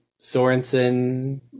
Sorensen